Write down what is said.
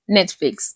Netflix